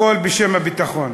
הכול בשם הביטחון.